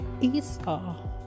Esau